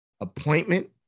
appointment